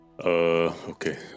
okay